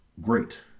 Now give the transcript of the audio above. Great